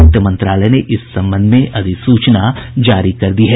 वित्त मंत्रालय ने इस संबंध में अधिसूचना जारी कर दी है